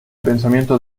pensamiento